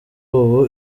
ubu